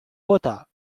water